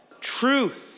truth